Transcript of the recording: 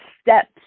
steps